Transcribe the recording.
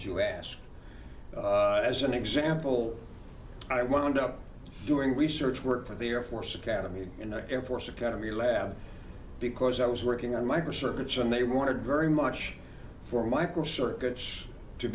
you ask as an example i want up doing research work for the air force academy in the air force academy lab because i was working on microcircuits and they wanted very much for microcircuits to